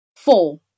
Four